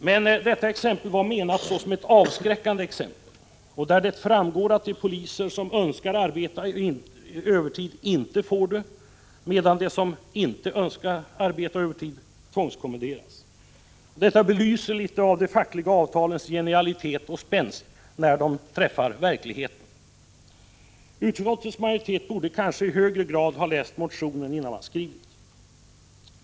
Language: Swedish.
Men detta exempel var menat såsom ett avskräckande exempel, där det framgår att de poliser som önskar arbeta övertid inte får det, medan de som inte önskar arbeta övertid tvångskommenderas. Det belyser litet av det fackliga avtalens genialitet och spänst i verkligheten. Utskottets majoritet borde kanske i högre grad ha läst motionerna innan man skrivit betänkandet.